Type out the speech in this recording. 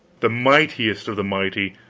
the mightiest of the mighty,